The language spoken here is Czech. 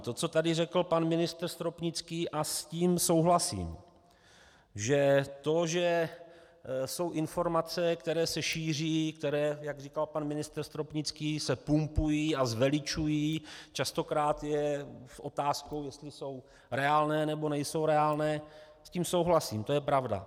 To, co tu řekl pan ministr Stropnický, s tím souhlasím, že to, že jsou informace, které se šíří, které, jak říkal pan ministr Stropnický, se pumpují a zveličují, častokrát je otázkou, jestli jsou reálné, nebo nejsou reálné, s tím souhlasím, to je pravda.